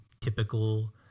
typical